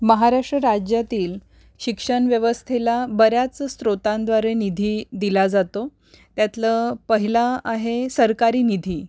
महाराष्ट्र राज्यातील शिक्षण व्यवस्थेला बऱ्याच स्रोतांद्वारे निधी दिला जातो त्यातलं पहिला आहे सरकारी निधी